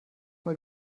mal